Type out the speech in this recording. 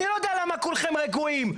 אני לא יודע למה כולכם רגועים.